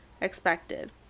expected